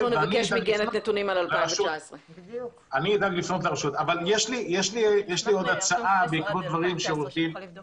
אנחנו נבקש מגנט נתונים על 2019. יש לי הצעה בעקבות דבריו של עו"ד